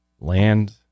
land